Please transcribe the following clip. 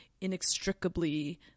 inextricably